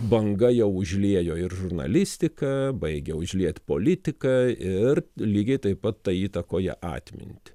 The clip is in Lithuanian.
banga jau užliejo ir žurnalistiką baigia užliet politiką ir lygiai taip pat tai įtakoja atmintį